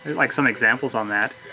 like some examples on that,